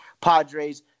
Padres